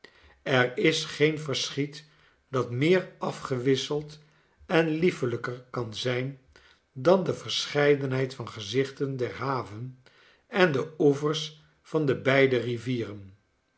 er is geen verschiet dat meer afgewisseld en liefelijker kan zijn dan de verscheidenheid van gezichten der haven en de oe vers van de beide rivieren